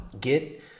Get